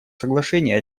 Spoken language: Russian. соглашений